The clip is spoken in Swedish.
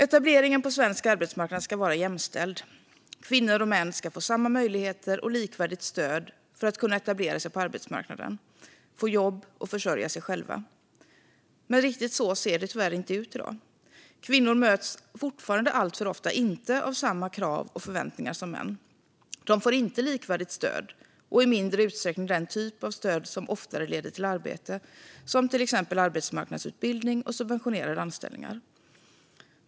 Etableringen på svensk arbetsmarknad ska vara jämställd. Kvinnor och män ska få samma möjligheter och likvärdigt stöd för att kunna etablera sig på arbetsmarknaden, få jobb och försörja sig själva. Men det ser inte ut så i dag. Det händer fortfarande alltför ofta att kvinnor inte möts av samma krav och förväntningar som män. De får inte likvärdigt stöd och i mindre utsträckning den typ av stöd som oftare leder till arbete, som arbetsmarknadsutbildning och subventionerade anställningar.